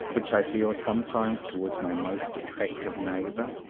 which i feel sometimes towards my most attractive neighbour?